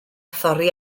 thorri